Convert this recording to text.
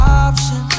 option